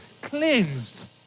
cleansed